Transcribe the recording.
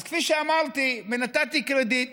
אז כפי שאמרתי ונתתי קרדיט